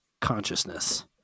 consciousness